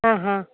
ಹಾಂ ಹಾಂ